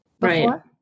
Right